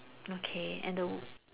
okay and the